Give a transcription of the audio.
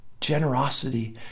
Generosity